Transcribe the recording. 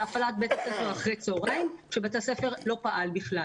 על הפעלת בית ספר אחר הצהריים כשבית הספר לא פעל בכלל.